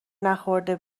نخورده